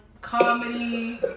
comedy